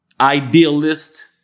idealist